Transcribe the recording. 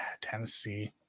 Tennessee